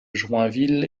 joinville